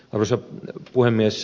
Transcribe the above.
arvoisa puhemies